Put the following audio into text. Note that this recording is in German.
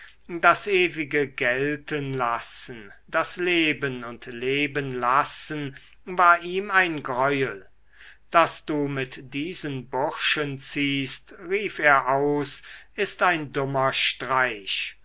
das ewige geltenlassen das leben und lebenlassen war ihm ein greuel daß du mit diesen burschen ziehst rief er aus ist ein dummer streich